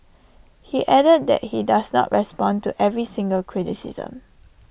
he added that he does not respond to every single criticism